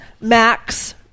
Max